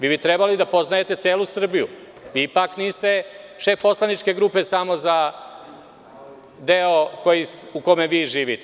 Vi bi trebali da poznajete celu Srbiju, niste vi šef poslaničke grupe samo za deo u kome vi živite.